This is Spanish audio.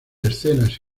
escenas